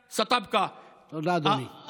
תודה, אדוני.